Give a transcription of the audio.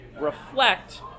reflect